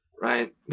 right